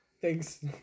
Thanks